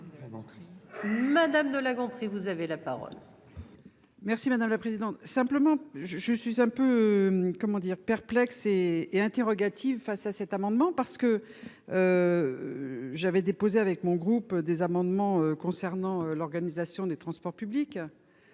madame de La Gontrie, vous avez la parole. Merci madame la présidente, simplement je je suis un peu comment dire perplexe et et interrogative face à cet amendement parce que. J'avais déposé avec mon groupe des amendements concernant l'organisation des transports publics.